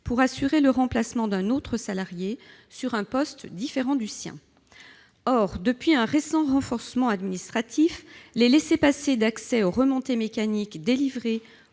pour assurer le remplacement d'un autre salarié sur un poste différent du sien. Or, depuis un récent renforcement administratif, les laissez-passer d'accès aux remontées mécaniques délivrés